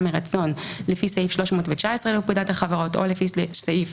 מרצון לפי סעיף 319 לפקודת החברות או לפי סעיף